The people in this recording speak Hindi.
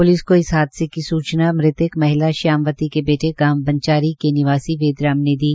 पुलिस ने इस हादसे की सूचना मृतक श्यामावती के बेटे गांव बचांरी के निवासी वेदराम ने दी